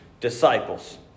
disciples